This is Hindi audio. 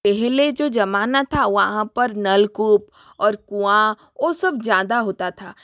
पहले जो ज़माना था वहाँ पर नलकूप और कुऑं वो सब ज़्यादा होता था